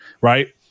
right